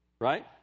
right